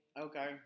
Okay